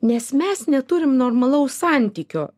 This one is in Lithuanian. nes mes neturim normalaus santykio